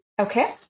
Okay